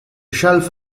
shelf